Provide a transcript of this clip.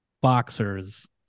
boxers